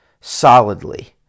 solidly